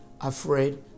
afraid